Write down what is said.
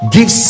Give